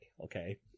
okay